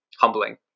humbling